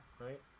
Right